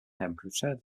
temperature